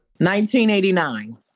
1989